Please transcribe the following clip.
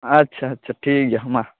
ᱟᱪᱪᱷᱟ ᱟᱪᱪᱷᱟ ᱴᱷᱤᱠ ᱜᱮᱭᱟ